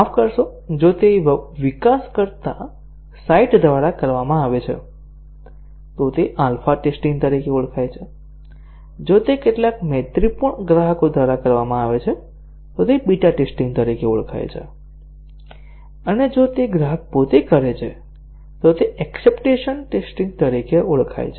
માફ કરશો જો તે વિકાસકર્તા સાઇટ દ્વારા કરવામાં આવે છે તો તે આલ્ફા ટેસ્ટીંગ તરીકે ઓળખાય છે જો તે કેટલાક મૈત્રીપૂર્ણ ગ્રાહકો દ્વારા કરવામાં આવે છે તો તે બીટા ટેસ્ટીંગ તરીકે ઓળખાય છે અને જો તે ગ્રાહક પોતે કરે છે તો તે એક્ષપટન્સ ટેસ્ટીંગ તરીકે ઓળખાય છે